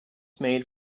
made